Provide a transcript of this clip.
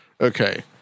Okay